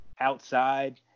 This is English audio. outside